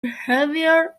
behavior